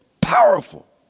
powerful